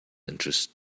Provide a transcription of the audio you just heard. interest